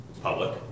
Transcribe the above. public